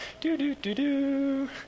Do-do-do-do